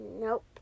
nope